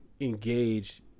engage